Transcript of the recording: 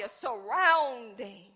surrounding